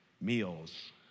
meals